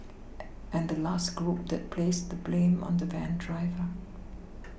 and the last group that placed the blame on the van driver